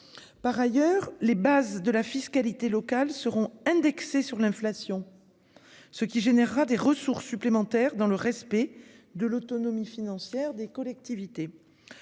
Par ailleurs, les bases de la fiscalité locale seront indexés sur l'inflation. Ce qui générera des ressources supplémentaires dans le respect de l'autonomie financière des collectivités.